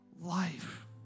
life